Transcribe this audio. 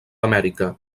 amèrica